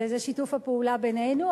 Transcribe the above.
וזה שיתוף הפעולה בינינו,